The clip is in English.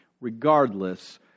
Regardless